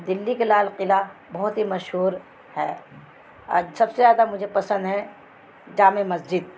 دلی کے لال قلعہ بہت ہی مشہور ہے اور سب سے زیادہ مجھے پسند ہے جامع مسجد